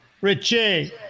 Richie